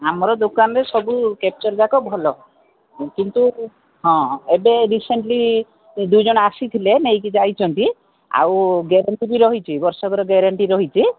ଆମର ଦୋକାନରେ ସବୁ କ୍ୟାପଚର୍ ଯାକ ଭଲ କିନ୍ତୁ ହଁ ଏବେ ରିସେଣ୍ଟଲି ଦୁଇଜଣ ଆସିଥିଲେ ନେଇକି ଯାଇଛନ୍ତି ଆଉ ଗ୍ୟାରେଣ୍ଟି ବି ରହିଛି ବର୍ଷକର ଗ୍ୟାରେଣ୍ଟି ରହିଛି